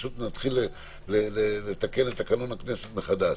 נתחיל לתקן את תקנון הכנסת מחדש.